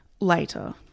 Later